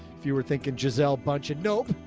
if you were thinking jazelle bunch of nope.